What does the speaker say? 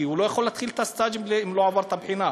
כי הוא לא יכול להתחיל את הסטאז' אם לא עבר את הבחינה.